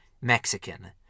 Mexican